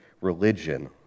religion